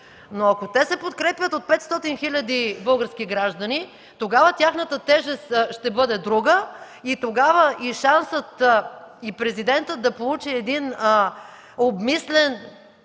Но ако те се подкрепят от 500 хиляди български граждани, тогава тяхната тежест ще бъде друга и тогава и шансът и Президентът да получи един обмислен,